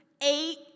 eight